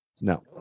No